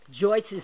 Joyce's